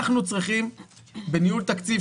אנחנו צריכים בניהול תקציב,